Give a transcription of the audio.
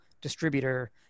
distributor